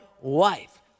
wife